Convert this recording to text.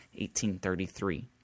1833